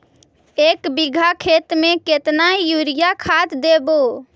एक बिघा खेत में केतना युरिया खाद देवै?